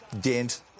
Dent